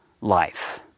life